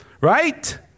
Right